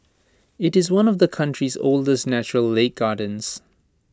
IT is one of the country's oldest natural lake gardens